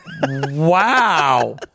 Wow